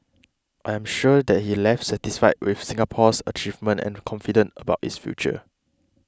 I am sure that he left satisfied with Singapore's achievements and confident about its future